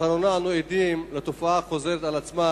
לאחרונה אנו עדים לתופעה חוזרת על עצמה